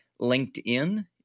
LinkedIn